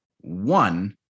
one